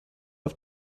auf